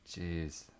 Jeez